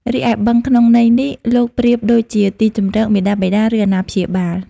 រីឯបឹង ក្នុងន័យនេះ លោកប្រៀបដូចជាទីជម្រក មាតាបិតា ឬអាណាព្យាបាល។